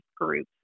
groups